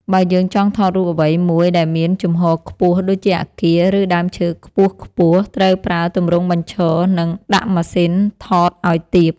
បើយើងចង់ថតរូបអ្វីមួយដែលមានជំហរខ្ពស់ដូចជា អាគារ ឬដើមឈើខ្ពស់ៗ ត្រូវប្រើទម្រង់បញ្ឈរ និងដាក់ម៉ាស៊ីនថតឱ្យទាប។